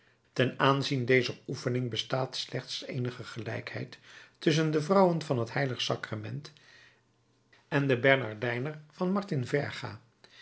ten aanzien dezer oefening bestaat slechts eenige gelijkheid tusschen de vrouwen van het h sacrament en de bernardijner van martin verga